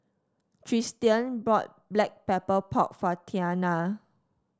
Tristian bought Black Pepper Pork for Tianna